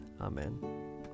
Amen